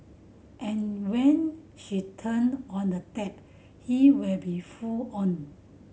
and when she turn on the tap he will be full on